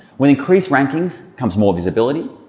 with increased rankings comes more visibility,